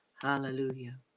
hallelujah